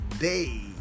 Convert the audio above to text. day